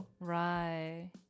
Right